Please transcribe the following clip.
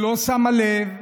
שלא שמה לב,